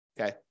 Okay